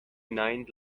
ninth